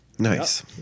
Nice